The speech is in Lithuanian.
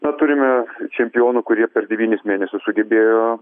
na turime čempionų kurie per devynis mėnesius sugebėjo